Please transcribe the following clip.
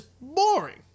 boring